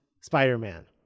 Spider-Man